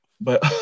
But-